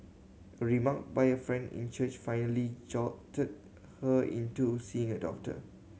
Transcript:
a remark by a friend in church finally jolted her into seeing a doctor